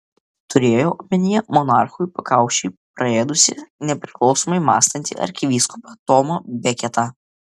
turėjo omenyje monarchui pakaušį praėdusį nepriklausomai mąstantį arkivyskupą tomą beketą